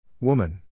Woman